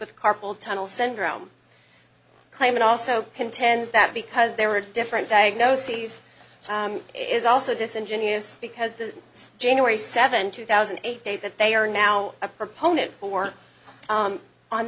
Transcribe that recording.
with carpal tunnel syndrome claim it also contends that because there are different diagnoses it is also disingenuous because the january seventh two thousand and eight date that they are now a proponent for